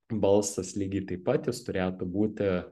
balsas lygiai taip pat jis turėtų būti